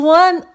one